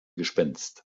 gespenst